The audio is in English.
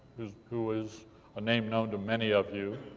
who is a name known to many of you,